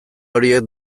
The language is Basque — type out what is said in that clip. horiek